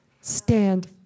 stand